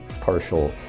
partial